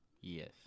Yes